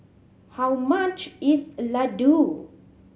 how much is Ladoo